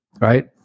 right